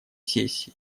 сессии